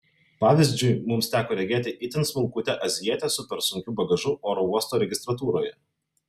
pavyzdžiui mums teko regėti itin smulkutę azijietę su per sunkiu bagažu oro uosto registratūroje